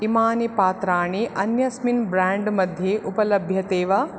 इमानि पात्राणि अन्यस्मिन् ब्राण्ड् मध्ये उपलभ्यते वा